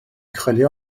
chwilio